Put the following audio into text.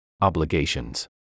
Obligations